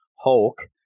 Hulk